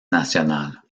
nationale